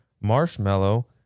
marshmallow